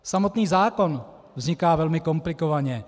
Samotný zákon vzniká velmi komplikovaně.